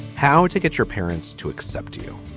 how to get your parents to accept you.